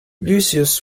lucius